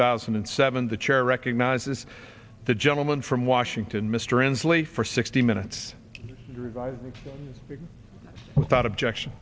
thousand and seven the chair recognizes the gentleman from washington mr inslee for sixty minutes without objection